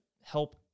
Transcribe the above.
help